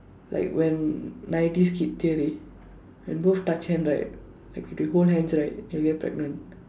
like when nineties kid theory when both touch hand right like if they hold hands right they will get pregnant